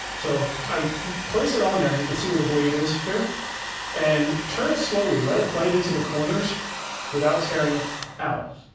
so i place it on there, and you can see where the blade is here and turn it slowly, let it bite into the corners without tearing out.